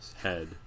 head